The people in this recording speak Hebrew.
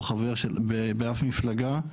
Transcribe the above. לא חבר באף מפלגה,